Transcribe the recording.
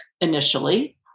initially